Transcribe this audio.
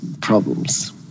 problems